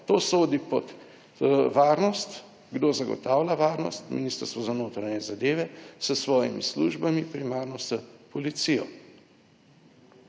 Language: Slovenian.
To sodi pod varnost. Kdo zagotavlja varnost? Ministrstvo za notranje zadeve s svojimi službami, primarno s policijo.